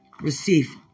Receive